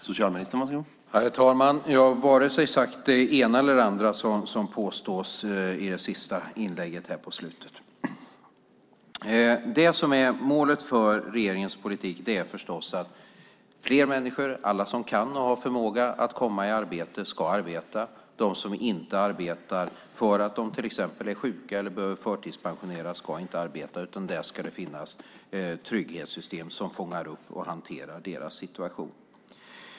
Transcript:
Herr talman! Jag har varken sagt det ena eller det andra som påstås i slutet av det senaste inlägget. Målet för regeringens politik är förstås att fler människor, alla som kan och har förmåga att komma i arbete, ska arbeta. De som till exempel är sjuka eller behöver förtidspensioneras ska inte arbeta. Det ska finnas trygghetssystem som fångar upp och hanterar deras situation.